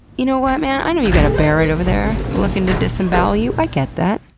you know what man? i know you got a bear right over there looking to disembowel you. i get that.